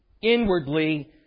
inwardly